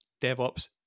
DevOps